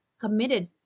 committed